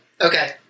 Okay